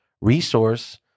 resource